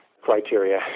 criteria